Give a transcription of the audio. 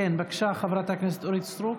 בבקשה, חברת הכנסת אורית סטרוק,